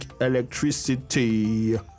Electricity